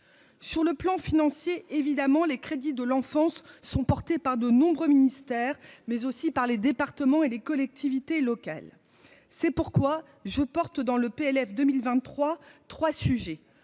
Sur le plan financier, évidemment, les crédits de l'enfance sont portés par de nombreux ministères, mais aussi par les départements et les collectivités locales, c'est pourquoi je porte dans le PLF 2023 3 sujets